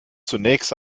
zunächst